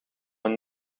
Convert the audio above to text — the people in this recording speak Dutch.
een